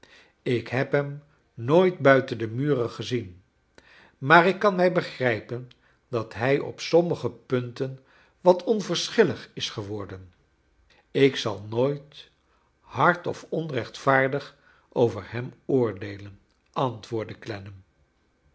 ik heb hem nooit buiten de muren gezien maar ik kan mij begrijpen dat hij op sommige punten wafc onverschillig is geworden ik zal nooit hard of onrechtvaardig over hem oordeelen